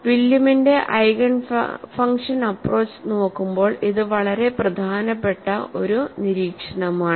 വില്യമിന്റെ eigen function approach Eigen Function approach നോക്കുമ്പോൾ ഇത് വളരെ പ്രധാനപ്പെട്ട ഒരു നിരീക്ഷണമാണ്